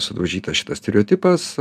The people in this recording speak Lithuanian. sudaužytas šitas stereotipas